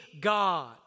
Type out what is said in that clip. God